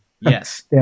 Yes